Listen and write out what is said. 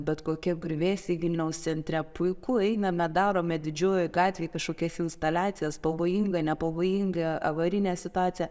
bet kokie griuvėsiai vilniaus centre puiku einame darome didžiojoj gatvėj kažkokias instaliacijas pavojinga nepavojinga avarinė situacija